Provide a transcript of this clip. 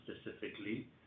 specifically